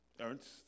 Ernst